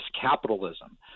capitalism